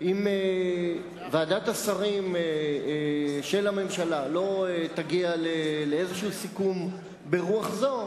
אם ועדת השרים של הממשלה לא תגיע לאיזה סיכום ברוח זו,